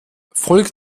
folge